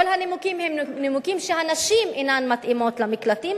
כל הנימוקים הם שהנשים אינן מתאימות למקלטים,